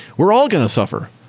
we're all going to suffer,